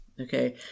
Okay